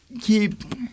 keep